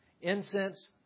incense